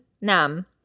Nam